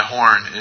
Horn